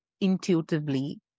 intuitively